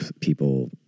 people